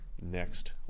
next